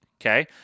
Okay